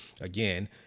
again